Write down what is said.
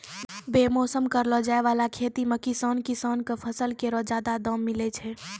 बेमौसम करलो जाय वाला खेती सें किसान किसान क फसल केरो जादा दाम मिलै छै